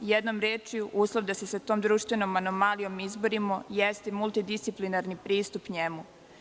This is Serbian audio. Jednom rečju, uslov da se sa tom društvenom anomalijom izborimo jeste multidisciplinarni pristup njemu.